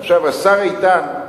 עכשיו, השר איתן,